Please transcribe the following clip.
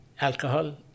alcohol